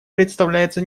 представляется